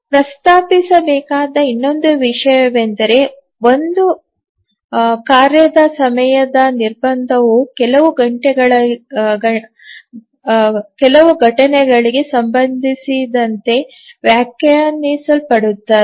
ಇಲ್ಲಿ ಪ್ರಸ್ತಾಪಿಸಬೇಕಾದ ಇನ್ನೊಂದು ವಿಷಯವೆಂದರೆ ಒಂದು ಕಾರ್ಯದ ಸಮಯದ ನಿರ್ಬಂಧವು ಕೆಲವು ಘಟನೆಗಳಿಗೆ ಸಂಬಂಧಿಸಿದಂತೆ ವ್ಯಾಖ್ಯಾನಿಸಲ್ಪಡುತ್ತದೆ